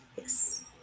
yes